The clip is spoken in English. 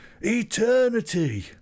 ETERNITY